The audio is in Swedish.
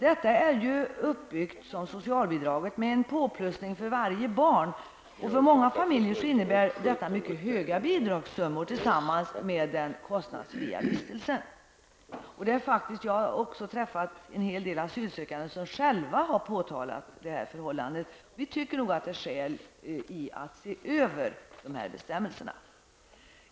Detta är ju uppbyggt som socialbidraget med en påplussning för varje barn, och för många familjer innebär detta mycket höga bidragssummor tillsammans med den kostnadsfria vistelsen. Jag har också träffat en hel del asylsökande som själva påtalat detta förhållande. Vi tycker nog att det är skäl att se över bestämmelsen.